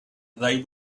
they